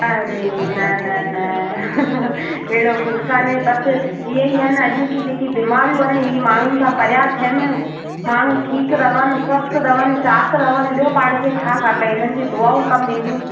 अड़े न न न न एड़ो कुझु काने बसि इअं ई आहिनि न अॼु जी जेकी बीमारियूं आहिनि इअं माण्हुनि खां परियां थियनि माण्हू ठीकु रहनि स्वस्थ रहनि चाकु रहनि ॿियों पाण खे छा खपे इन्हनि जी दुआऊं कमु ईंदियूं